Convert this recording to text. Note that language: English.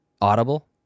Audible